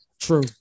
True